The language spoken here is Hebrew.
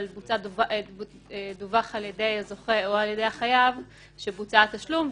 אבל דווח על ידי הזוכה או על ידי החייב שבוצע התשלום,